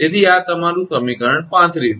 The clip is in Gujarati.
તેથી આ તમારુ સમીકરણ 35 છે